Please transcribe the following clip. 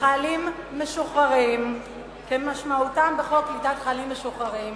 לחיילים משוחררים כמשמעותם בחוק קליטת חיילים משוחררים,